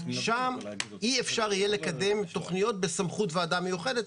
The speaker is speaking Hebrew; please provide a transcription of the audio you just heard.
שם אי אפשר יהיה לקדם תכניות בסמכויות ועדה מיוחדת.